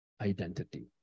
identity